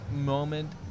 moment